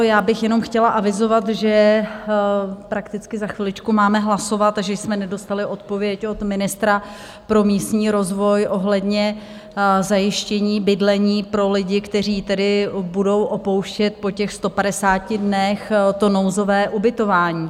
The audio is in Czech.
Já bych jenom chtěla avizovat že prakticky za chviličku máme hlasovat že jsme nedostali odpověď od ministra pro místní rozvoj ohledně zajištění bydlení pro lidi, kteří budou opouštět po těch 150 dnech nouzové ubytování.